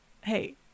Hey